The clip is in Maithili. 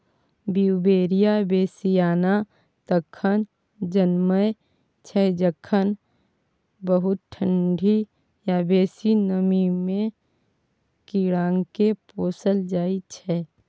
बीउबेरिया बेसियाना तखन जनमय छै जखन बहुत ठंढी या बेसी नमीमे कीड़ाकेँ पोसल जाइ छै